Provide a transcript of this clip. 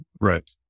Right